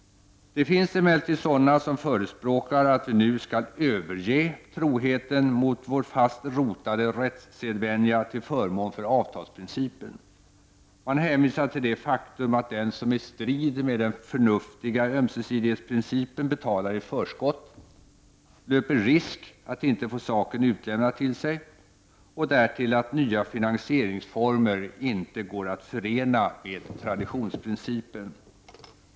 Det finns emellertid personer som förespråkar att vi nu skall överge troheten mot vår fast rotade rättssedvänja till förmån för avtalsprincipen. Man hänvisar till det faktum att den som i strid med den förnuftiga ömsesidighetsprincipen betalar i förskott löper risk att inte få saken utlämnad till sig och därtill att nya finansieringsformer inte går att förena med traditionsprincipen.